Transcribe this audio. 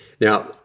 Now